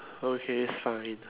okay fine